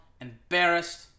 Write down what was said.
embarrassed